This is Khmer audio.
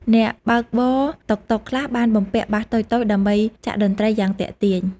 អ្នកបើកបរតុកតុកខ្លះបានបំពាក់បាសតូចៗដើម្បីចាក់តន្ត្រីយ៉ាងទាក់ទាញ។